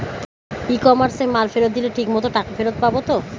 ই কমার্সে মাল ফেরত দিলে ঠিক মতো টাকা ফেরত পাব তো?